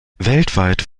weltweit